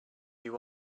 you